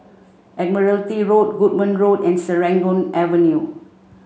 Admiralty Road Goodman Road and Serangoon Avenue